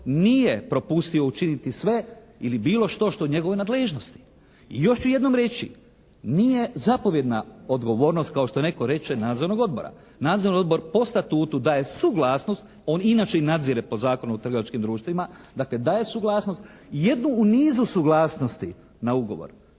nije propustio učiniti sve ili bilo što je u njegovoj nadležnosti. I još ću jednom reći nije zapovjedna odgovornost kao što netko reče nadzornog odbora. Nadzorni odbor po statutu daje suglasnost. On inače i nadzire po Zakonu o trgovačkim društvima, dakle daje suglasnost, jednu u nizu suglasnosti na ugovor.